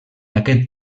aquest